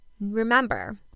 Remember